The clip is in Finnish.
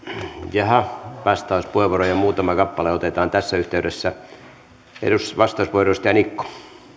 jaha vastauspuheenvuoroja muutama kappale otetaan tässä yhteydessä vastauspuheenvuoro edustaja niikko